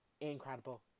incredible